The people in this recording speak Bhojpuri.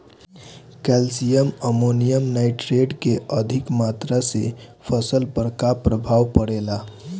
कैल्शियम अमोनियम नाइट्रेट के अधिक मात्रा से फसल पर का प्रभाव परेला?